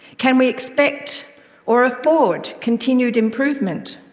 can we expect or afford continued improvement?